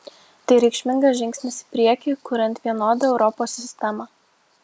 tai reikšmingas žingsnis į priekį kuriant vienodą europos sistemą